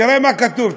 תראה מה כתוב,